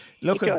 Look